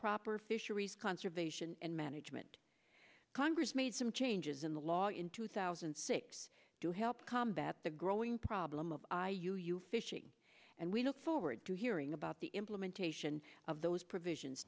proper fisheries conservation and management congress made some changes in the law in two thousand and six to help combat the growing problem of you you fishing and we look forward to hearing about the implementation of those provisions